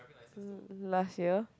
last year